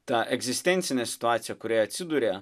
ta egzistencinė situacija kurioje atsiduria